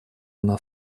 она